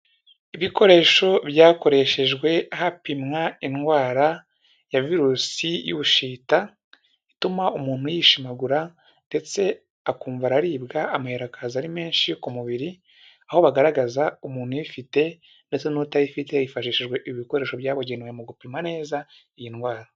Ibikoresho byakoreshejwe hapimwa indwara ya virusi y'ubushita, ituma umuntu yishimagura ndetse akumva aribwa amashyira akaza ari menshi ku mubiri, aho bagaragaza umuntu uyifite ndetse n'utayifite hifashijwe ibikoresho byabugenewe mu gupima neza iyi ndwara.